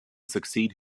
succeed